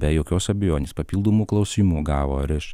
be jokios abejonės papildomų klausimų gavo ir iš